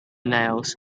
nails